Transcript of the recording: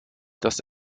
das